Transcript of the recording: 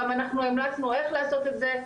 גם אנחנו המלצנו איך לעשות את זה,